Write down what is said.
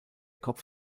kopf